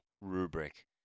rubric